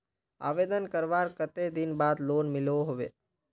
आवेदन करवार कते दिन बाद लोन मिलोहो होबे?